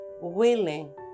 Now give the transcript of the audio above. willing